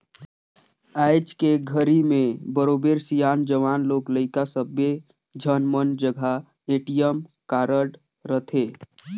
आयज के घरी में बरोबर सियान, जवान, लोग लइका सब्बे झन मन जघा ए.टी.एम कारड रथे